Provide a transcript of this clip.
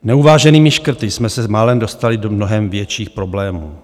Neuváženými škrty jsme se málem dostali do mnohem větších problémů.